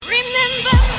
Remember